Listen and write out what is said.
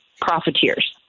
profiteers